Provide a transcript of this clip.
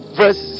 verse